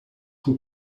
who